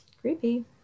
creepy